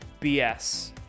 BS